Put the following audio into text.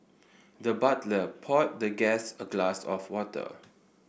the butler poured the guest a glass of water